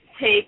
take